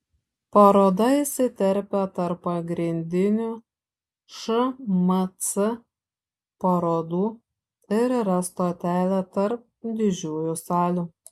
paroda įsiterpia tarp pagrindinių šmc parodų ir yra stotelė tarp didžiųjų salių